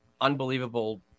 unbelievable